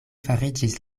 fariĝis